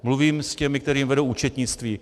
Mluvím s těmi, kteří vedou účetnictví.